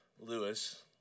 Lewis